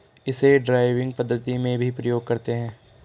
इसे ड्राइविंग पद्धति में भी प्रयोग करते हैं